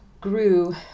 grew